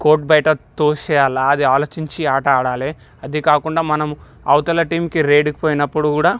court బయట తోసేయాలి అది ఆలోచించి ఆట ఆడాలి అది కాకుండా మనం అవుతల టీమ్కి రైడ్కి పోయినప్పుడు కూడా